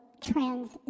trans